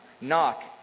Knock